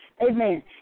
Amen